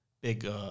big